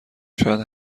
شاید